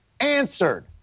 answered